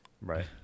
right